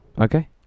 okay